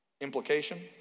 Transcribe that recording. Implication